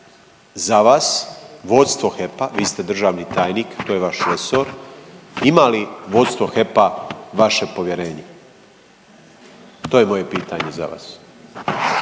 za vas vodstvo HEP-a, vi ste državni tajnik to je vaš resor, ima li vodstvo HEP-a vaše povjerenje? To je moje pitanje za vas.